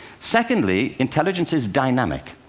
secondly, intelligence is dynamic.